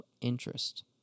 interest